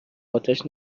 آتش